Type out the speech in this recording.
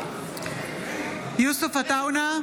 בעד יוסף עטאונה,